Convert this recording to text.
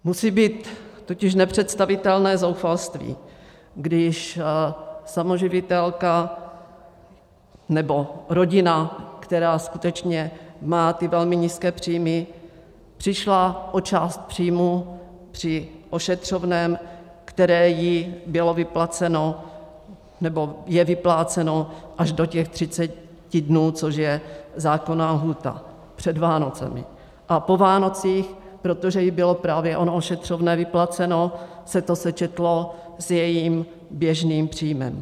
Musí být totiž nepředstavitelné zoufalství, když samoživitelka nebo rodina, která skutečně má velmi nízké příjmy, přišla o část příjmů při ošetřovném, které jí bylo vyplaceno nebo je vypláceno až do 30 dnů, což je zákonná lhůta, před Vánoci, a po Vánocích, protože jí bylo právě ono ošetřovné vyplaceno, se to sečetlo s jejím běžným příjmem.